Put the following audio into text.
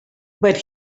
but